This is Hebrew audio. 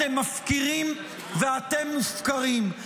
אתם מפקירים ואתם מופקרים.